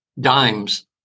dimes